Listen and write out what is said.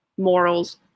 morals